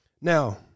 Now